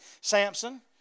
Samson